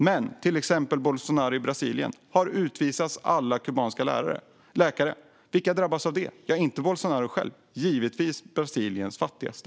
Men till exempel Bolsonaro i Brasilien har utvisat alla kubanska läkare. Vilka drabbas av det? Inte Bolsonaro själv, utan det är givetvis Brasiliens fattigaste.